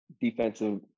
defensive